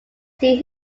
see